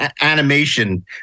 animation